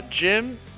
jim